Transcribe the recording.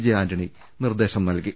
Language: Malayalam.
ജെ ആന്റണി നിർദ്ദേശം നൽകി